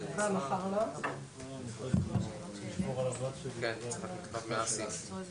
מאחר שוועדת האיתור היה המוסד